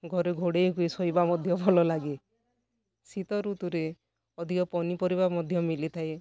ଘରେ ଘୋଡ଼େଇ ହୋଇ ଶୋଇବା ମଧ୍ୟ ଭଲ ଲାଗେ ଶୀତ ଋତୁରେ ଅଧିକ ପନିପରିବା ମଧ୍ୟ ମିଳିଥାଏ